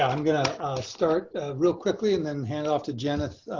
ah i'm gonna start real quickly and then hand it off to jenith.